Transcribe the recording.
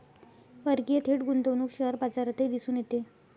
परकीय थेट गुंतवणूक शेअर बाजारातही दिसून येते